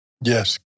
Yes